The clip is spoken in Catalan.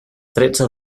tretze